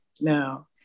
no